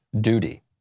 duty